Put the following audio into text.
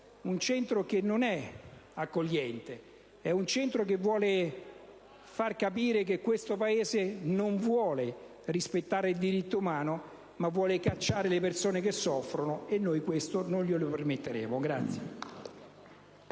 un Centro che non è accogliente, un Centro che vuole far capire che questo Paese non intende rispettare i diritti umani, ma cacciare persone che soffrono. Noi questo non glielo permetteremo.